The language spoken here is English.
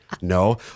No